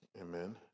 Amen